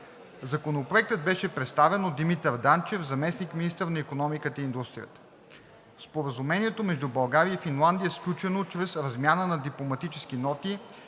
Законопроектът беше представен от Димитър Данчев – заместник-министър на икономиката и индустрията. Споразумението между България и Финландия е сключено чрез размяна на дипломатически ноти